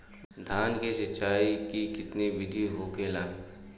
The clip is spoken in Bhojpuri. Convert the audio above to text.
धान की सिंचाई की कितना बिदी होखेला?